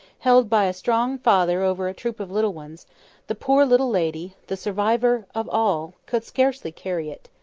held by a strong father over a troop of little ones the poor little lady the survivor of all could scarcely carry it.